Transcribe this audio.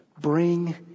Bring